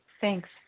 Thanks